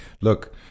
look